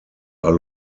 are